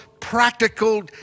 practical